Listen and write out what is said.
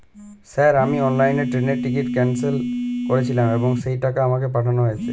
Sir আমি অনলাইনে ট্রেনের টিকিট ক্যানসেল করেছিলাম এবং সেই টাকা আমাকে পাঠানো হয়েছে?